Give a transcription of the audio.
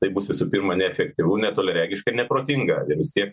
tai bus visų pirma neefektyvu netoliaregiška ir neprotinga ir vis tiek